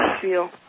feel